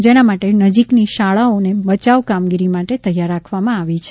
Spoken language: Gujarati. જેના માટે નજીકની શાળાઓને બચાવ કામગીરી માટે તૈયાર રાખવામાં આવી છે